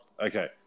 Okay